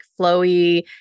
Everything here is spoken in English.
flowy